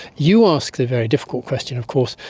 you ask the very difficult question of course,